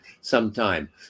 sometime